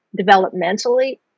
developmentally